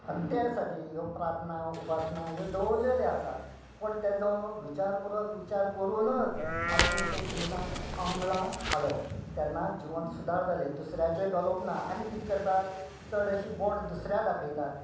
आनी त्या साठी ह्यो प्रार्थना उपासना ह्यो दवरलेल्यो आसात पूण तेजो विचार पुर्वक विचार करुनच आपली ते जिवनाक अमळा हाडप तेन्ना जिवन सुदारताले दुसऱ्याचे घालोप ना आमी किद करतात चड अशी बोट दुसऱ्याचेर दाखयतात